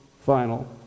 final